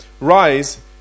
Rise